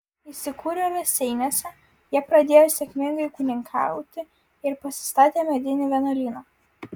įsikūrę raseiniuose jie pradėjo sėkmingai ūkininkauti ir pasistatė medinį vienuolyną